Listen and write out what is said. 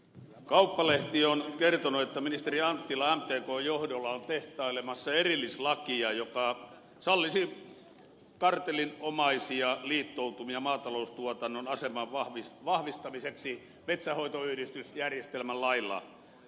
kauppalehti on kertonut että ministeri anttila mtkn johdolla on tehtailemassa erillislakia joka sallisi kartellinomaisia liittoutumia maataloustuotannon aseman vahvistamiseksi metsänhoitoyhdistysjärjestelmän lailla